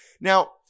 Now